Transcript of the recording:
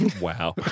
Wow